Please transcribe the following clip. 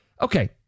Okay